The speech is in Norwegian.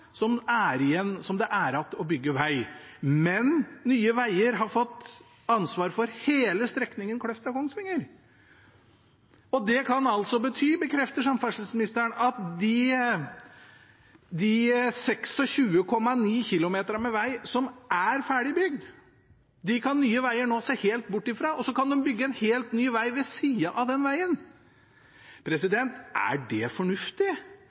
det står igjen å bygge veg. Men Nye veier har fått ansvaret for hele strekningen Kløfta–Kongsvinger. Det kan altså bety, bekrefter samferdselsministeren, at de 26,9 km med veg som er ferdig bygd, kan Nye veier nå se helt bort fra, og så kan de bygge en helt ny veg ved siden av den vegen. Er det fornuftig?